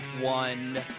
one